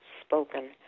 spoken